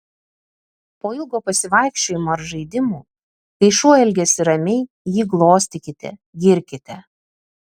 po ilgo pasivaikščiojimo ar žaidimų kai šuo elgiasi ramiai jį glostykite girkite